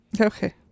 Okay